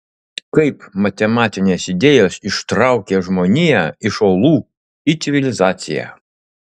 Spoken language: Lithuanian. kaip matematinės idėjos ištraukė žmoniją iš olų į civilizaciją